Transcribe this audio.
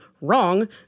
Wrong